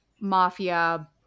mafia